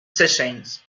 sessions